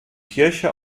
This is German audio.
kirche